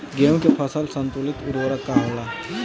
गेहूं के फसल संतुलित उर्वरक का होला?